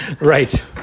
Right